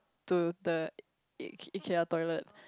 to the i~ Ikea toilet